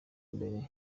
mbere